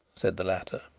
said the latter.